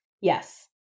Yes